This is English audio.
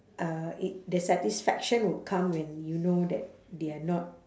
uh it the satisfaction would come when you know that they're not